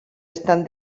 estan